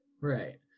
Right